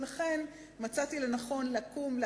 ולכן מצאתי לנכון לקום,